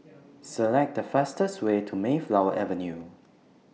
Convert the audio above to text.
Select The fastest Way to Mayflower Avenue